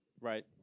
Right